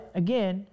again